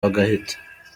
bagahita